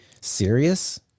serious